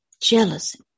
jealousy